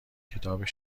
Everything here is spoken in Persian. کتاب